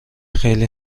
خیلی